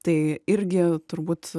tai irgi turbūt